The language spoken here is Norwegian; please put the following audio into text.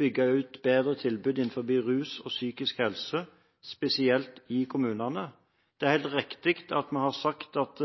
bygge ut bedre tilbud innen rus og psykisk helse, spesielt i kommunene. Det er helt riktig at vi har sagt at